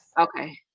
Okay